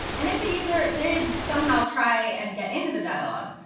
and if the user did somehow try and get into the dialog,